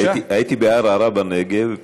הייתי בערערה בנגב,